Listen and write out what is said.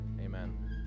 Amen